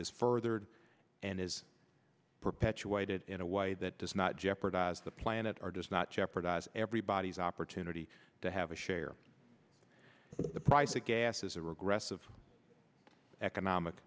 is furthered and is perpetuated in a way that does not jeopardize the planet or does not jeopardize everybody's opportunity to have a share of the price of gas is a regressive economic